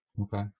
Okay